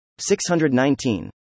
619